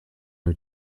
new